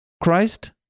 Christ